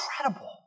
incredible